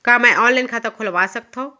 का मैं ऑनलाइन खाता खोलवा सकथव?